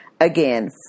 Again